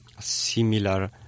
similar